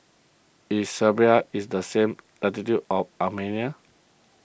is Serbia is the same latitude as Armenia